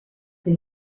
that